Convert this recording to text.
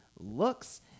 looks